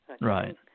Right